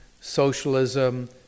socialism